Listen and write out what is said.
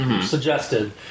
Suggested